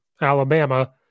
Alabama